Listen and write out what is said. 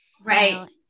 Right